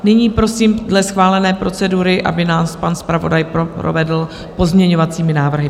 Nyní prosím dle schválené procedury, aby nás pan zpravodaj provedl pozměňovacími návrhy.